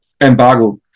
embargo